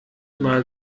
mal